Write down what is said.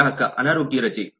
ಗ್ರಾಹಕ ಅನಾರೋಗ್ಯ ರಜೆ